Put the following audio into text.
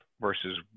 versus